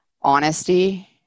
honesty